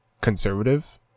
conservative